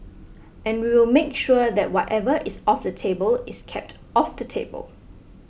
and we will make sure that whatever is off the table is kept off the table